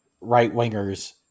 right-wingers